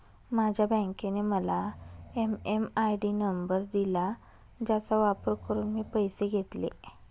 माझ्या बँकेने मला एम.एम.आय.डी नंबर दिला ज्याचा वापर करून मी पैसे घेतले